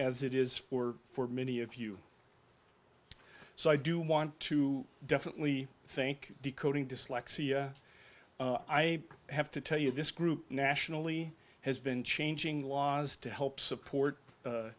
as it is for for many of you so i do want to definitely think decoding dyslexia i have to tell you this group nationally has been changing laws to help support